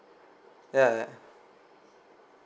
ya ya